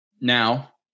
Now